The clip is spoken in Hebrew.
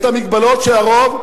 את המגבלות של הרוב,